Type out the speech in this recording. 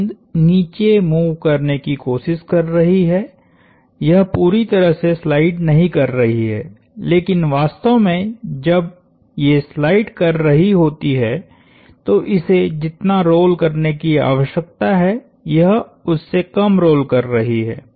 गेंद नीचे मूव करने की कोशिश कर रही है यह पूरी तरह से स्लाइड नहीं कर रही है लेकिन वास्तव में जब ये स्लाइड कर रही होती है तो इसे जितना रोल करने की आवश्यकता है यह उससे कम रोल कर रही है